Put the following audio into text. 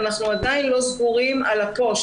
אנחנו עדיין לא סגורים על הפו"ש,